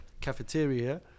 cafeteria